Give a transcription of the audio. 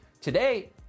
Today